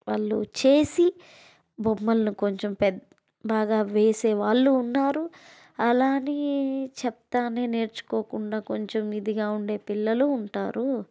వాళ్ళు చేసి బొమ్మలను కొంచెం పే బాగా వేసే వాళ్ళు ఉన్నాయి అలా అని చెప్తానే నేర్చుకోకుండా కొంచెం ఇదిగా ఉండే పిల్లలు ఉంటారు